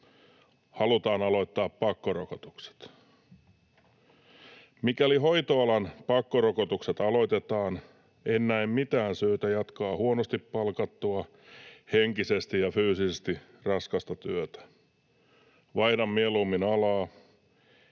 Halutaan aloittaa pakkorokotukset. Mikäli hoitoalan pakkorokotukset aloitetaan, en näe mitään syytä jatkaa huonosti palkattua, henkisesti ja fyysisesti raskasta työtä. Vaihdan mieluummin alaa